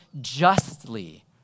justly